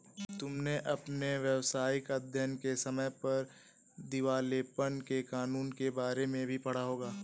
तुमने अपने व्यावसायिक अध्ययन के समय पर दिवालेपन के कानूनों के बारे में भी पढ़ा होगा